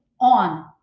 on